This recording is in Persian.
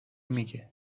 میگه